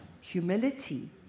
Humility